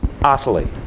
utterly